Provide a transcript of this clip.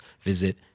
visit